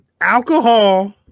Alcohol